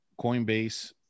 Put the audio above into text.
Coinbase